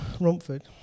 Romford